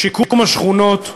שיקום השכונות,